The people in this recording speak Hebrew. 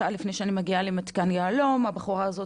שעה לפני שאני מגיעה למתקן יהלו"ם הבחורה הזאת